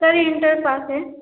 sir inter pass हैं